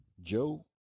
Joe